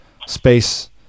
space